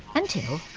until,